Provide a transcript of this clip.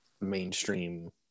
mainstream